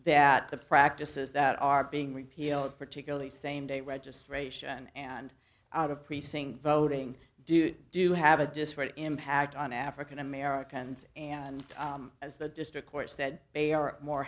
that the practices that are being repealed particularly same day registration and out of precinct voting do do have a disparate impact on african americans and as the district court said they are more